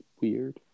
Weird